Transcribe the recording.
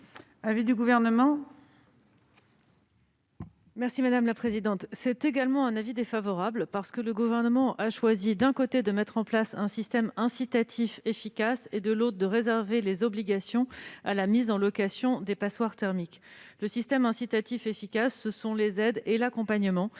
l'avis du Gouvernement ?